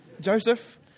Joseph